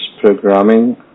programming